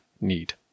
need